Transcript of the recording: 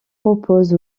repose